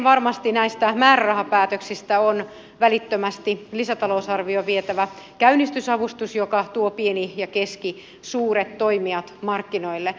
varmasti tärkein näistä määrärahapäätöksistä on välittömästi lisätalousarvioon vietävä käynnistysavustus joka tuo pieni ja keskisuuret toimijat markkinoille